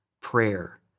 prayer